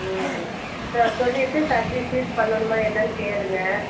ம் ச சொல்லிவிட்டு சர்வீஸ் எதுவும் பண்ணணுமா என்னன்னு கேளுங்கள்